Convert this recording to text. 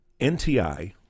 NTI